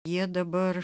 jie dabar